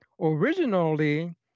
Originally